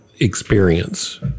experience